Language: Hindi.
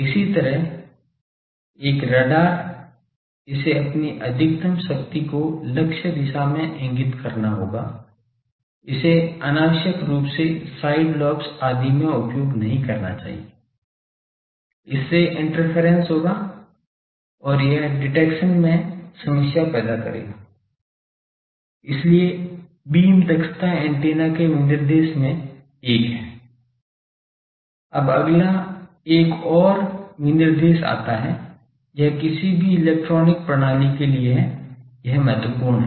इसी तरह एक राडार इसे अपनी अधिकतम शक्ति को लक्ष्य दिशा में इंगित करना होगा इसे अनावश्यक रूप से साइड लॉब्स आदि में उपयोग नहीं करना चाहिए इससे इंटरफेरेंस होगा और यह डिटेक्शन में समस्या पैदा करेगा इसलिए बीम दक्षता एंटेना के विनिर्देश में से एक है अब अगला एक और विनिर्देश आता है यह किसी भी इलेक्ट्रॉनिक प्रणाली के लिए है यह महत्वपूर्ण है